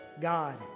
God